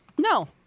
No